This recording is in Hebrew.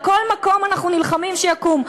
על כל מקום אנחנו נלחמים שיקום.